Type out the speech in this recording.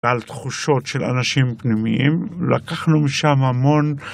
על תחושות של אנשים פנימיים, לקחנו משם המון